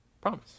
Promise